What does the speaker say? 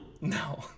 No